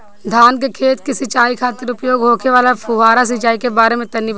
धान के खेत की सिंचाई खातिर उपयोग होखे वाला फुहारा सिंचाई के बारे में तनि बताई?